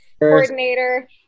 coordinator